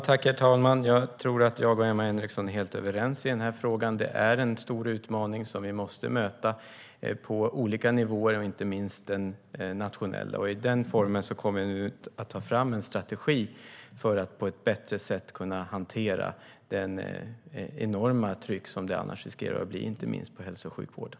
Herr talman! Jag tror att jag och Emma Henriksson är helt överens i denna fråga. Det är en stor utmaning som vi måste möta på olika nivåer och inte minst på den nationella. Vi kommer nu att ta fram en strategi för att på ett bättre sätt kunna hantera det enorma tryck som det annars riskerar att bli, inte minst på hälso och sjukvården.